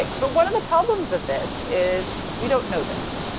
like but one of the problems of this is we don't know this.